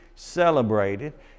celebrated